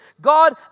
God